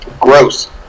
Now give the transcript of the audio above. Gross